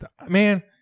Man